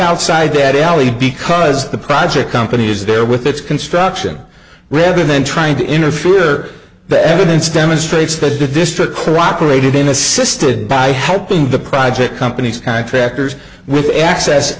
outside that alley because the project company is there with its construction rather than trying to interfere the evidence demonstrates that the district for operating been assisted by helping the private companies contractors with access